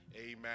amen